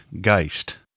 Geist